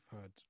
heard